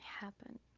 happen